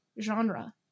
genre